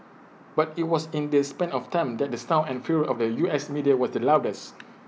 but IT was in this span of time that the sound and fury of the U S media was the loudest